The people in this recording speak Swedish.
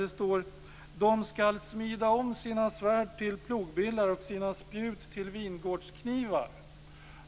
Det står: "De skall smida om sina svärd till plogbillar och sina spjut till vingårdsknivar".